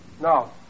No